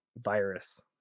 virus